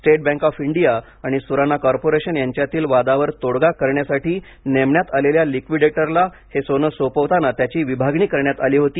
state bank of India आणि Surana corporation यांच्यातील वादावर तोडगा करण्यासाठी नेमण्यात आलेल्या लिक्विडेटरला हे सोने सोपवताना त्याची विभागणी करण्यात आली होती